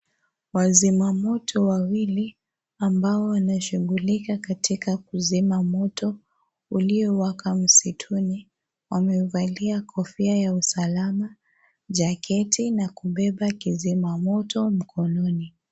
Wazima moto wawili ambao wanashugulika katika kuzima moto uliowaka msituni wamevalia kofia ya usalama, jaketi na kubeba kizima moto mkononi.